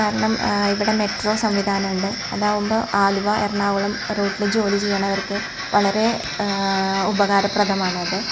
കാരണം ഇവിടെ മെട്രോ സംവിധാനമുണ്ട് അതാകുമ്പോൾ ആലുവ എറണാകുളം റൂട്ടില് ജോലി ചെയ്യുന്നവർക്ക് വളരെ ഉപകാരപ്രദമാണ് അത്